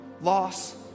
loss